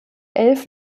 elf